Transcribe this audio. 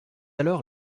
alors